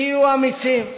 תהיו אמיצים.